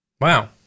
wow